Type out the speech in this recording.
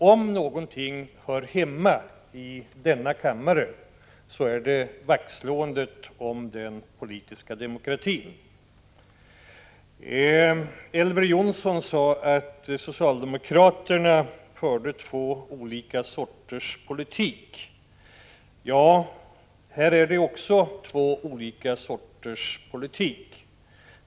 Om någonting hör hemma i denna kammare så är det just vaktslåendet om den politiska demokratin. Elver Jonsson sade att socialdemokraterna för två sorters politik. Också på detta område är det fråga om två sorters politik.